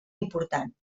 important